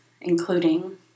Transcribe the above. including